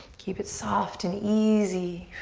keep it soft and easy.